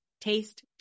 taste